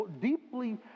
deeply